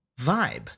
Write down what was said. vibe